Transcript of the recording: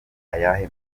ayahe